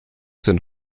sind